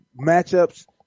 matchups